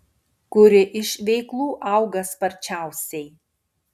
kuri iš veiklų auga sparčiausiai